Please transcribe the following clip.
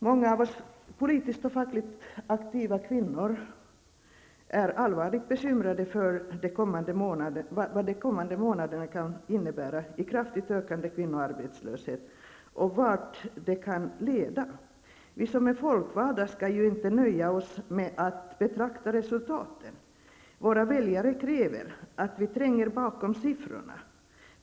Många av oss politiskt och fackligt aktiva kvinnor är allvarligt bekymrade över vad de kommande månaderna kan innebära i form av kraftigt ökande kvinnoarbetslöshet och vart detta kan leda. Vi som är folkvalda skall inte nöja oss med att betrakta resultaten. Våra väljare kräver att vi tränger bakom siffrorna.